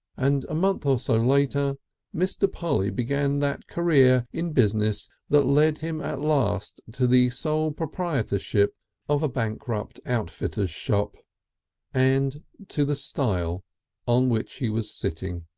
and a month or so later mr. polly began that career in business that led him at last to the sole proprietorship of a bankrupt outfitter's shop and to the stile on which he was sitting.